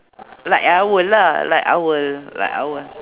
like owl lah like owl like owl